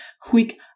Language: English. quick